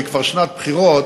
היא כבר שנת בחירות,